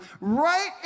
right